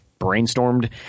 brainstormed